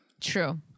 true